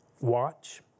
watch